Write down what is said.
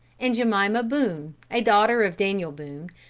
and jemima boone, a daughter of daniel boone,